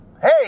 Hey